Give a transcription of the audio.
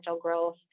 growth